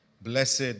Blessed